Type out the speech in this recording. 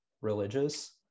religious